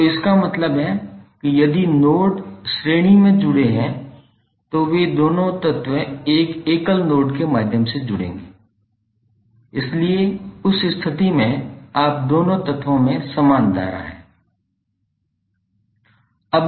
तो इसका मतलब है कि यदि नोड श्रेणी में जुड़े हुए हैं तो वे दोनों तत्व एक एकल नोड के माध्यम से जुड़ेंगे इसलिए उस स्थिति में आप दोनों तत्वों में समान समान धारा हैं